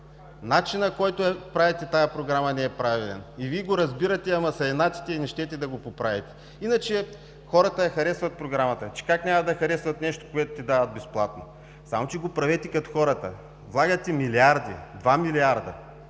Начинът, по който правите тази Програма, не е правилен. И Вие го разбирате, ама се инатите и не щете да го поправите. Иначе, хората харесват Програмата. Че как няма да харесват нещо, което ти дават безплатно?! Само че го правете като хората. Влагате милиарди – два милиарда.